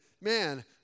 man